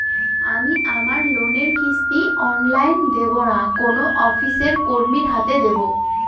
আমি আমার লোনের কিস্তি অনলাইন দেবো না কোনো অফিসের কর্মীর হাতে দেবো?